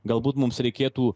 galbūt mums reikėtų